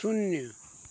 शून्य